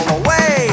away